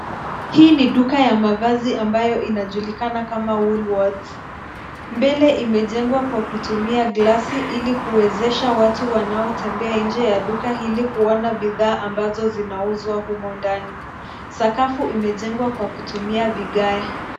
Hii ni duka ya mavazi ambayo inajulikana kama Woolworths. Mbele imejengwa kwa kutumia glasi ili kuwezesha watu wanaotembea nje ya duka hili kuona bidhaa ambazo zinauzwa humo ndani. Sakafu imejengwa kwa kutumia vigae.